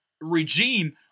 regime